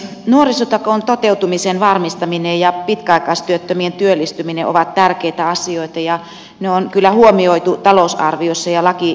nuorisotakuun toteutumisen varmistaminen ja pitkäaikaistyöttömien työllistyminen ovat tärkeitä asioita ja ne on kyllä huomioitu talousarviossa ja lakiehdotuksissa